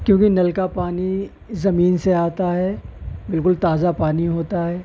کیوں کہ نل کا پانی زمین سے آتا ہے بالکل تازہ پانی ہوتا ہے